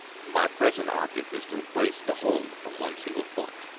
my present object is to embrace the whole from one single point